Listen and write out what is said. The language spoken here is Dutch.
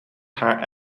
haar